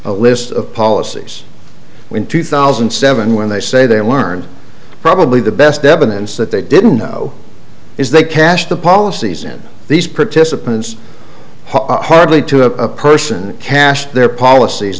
a list of policies in two thousand and seven when they say they learned probably the best evidence that they didn't know is they cash the policies in these participants hardly to a person cash their policies